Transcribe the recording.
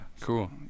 cool